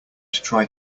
try